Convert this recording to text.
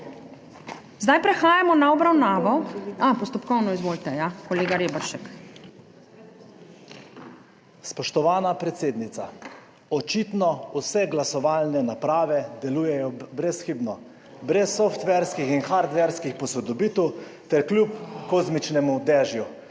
REBERŠEK (PS NSi): Spoštovana predsednica! Očitno vse glasovalne naprave delujejo brezhibno, brez softverskih in hardverskih posodobitev ter kljub kozmičnemu dežju.